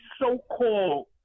so-called